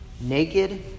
naked